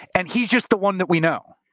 and he's just the one that we know.